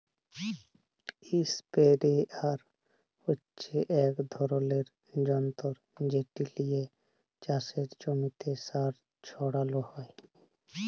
ইসপেরেয়ার হচ্যে এক ধরলের যন্তর যেট লিয়ে চাসের জমিতে সার ছড়ালো হয়